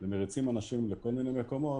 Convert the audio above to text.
ומריצים אנשים לכל מיני מקומות,